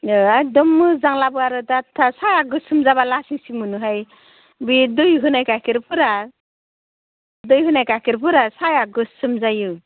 एखदम मोजां लाबो आरो दाथ्था साहाया गोसोम जाब्ला लासिंसिं मोनोहाय बे दै होनाय गाइखेरफोरा दै होनाय गाइखेरफोरा साहाया गोसोम जायो